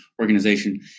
organization